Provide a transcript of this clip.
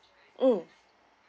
mm